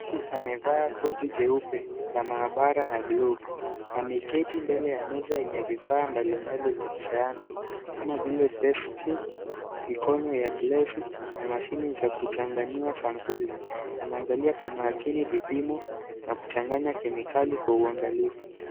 Mtu amevaa koti jeupe, la maabara na glovu, ameketi mbele ya meza yenye vifaa mbali mbali vya kisayansi, kama vile (cs)test tube(cs),mikono ya glesi na mashini za kuchanganua sampuli, anaangalia kwa makini vipimo na kuchanganya kemikali kwa uangalifu.